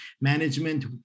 management